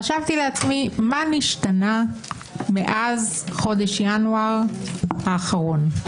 חשבתי לעצמי מה נשתנה מאז חודש ינואר האחרון?